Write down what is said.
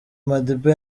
madiba